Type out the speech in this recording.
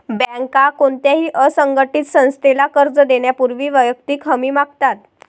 बँका कोणत्याही असंघटित संस्थेला कर्ज देण्यापूर्वी वैयक्तिक हमी मागतात